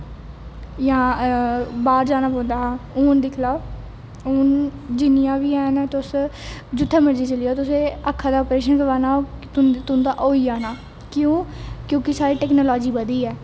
जां बाहर जाना पौंदा हा हून दिक्खी लो हून जिन्नियां बी हैन तुस जित्थै मर्जी चली जाओ तुसें आक्खां दा अप्रेशन करवाना होग तुंदा होई जाना ऐ क्योंकि साढ़ी टेक्नोलाॅजी बधी ऐ